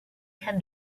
can